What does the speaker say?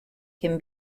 can